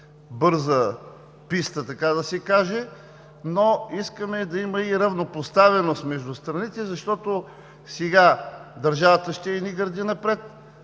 бърза писта, така да се каже, но искаме да има и равнопоставеност между страните, защото сега държавата ще е едни гърди напред,